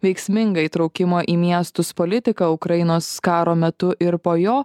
veiksminga įtraukimo į miestus politika ukrainos karo metu ir po jo